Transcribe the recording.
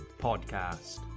podcast